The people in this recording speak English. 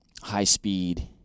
high-speed